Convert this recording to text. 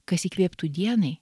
kas įkvėptų dienai